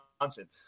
Johnson